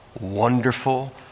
wonderful